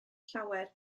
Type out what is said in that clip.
llawer